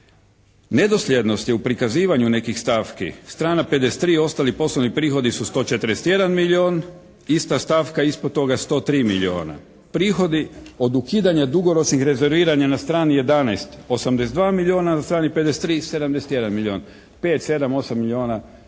Nedosljednosti u prikazivanju nekih stavki, strana 53, ostali poslovni prihodi su 141 milijun. Ista stavka ispod toga 103 milijuna. Prihodi od ukidanja dugoročnih rezerviranja na strani 11, 82 milijuna a na strani 53. 71 milijun. Pet, sedam, osam